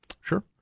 Sure